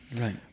Right